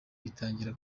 bitangira